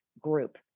group